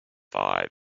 five